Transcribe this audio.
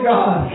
God